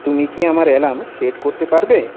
তুমি কি আমার অ্যালার্ম সেট করতে পারবে